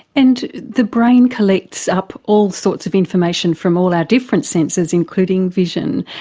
and the brain collects up all sorts of information from all our different senses, including vision,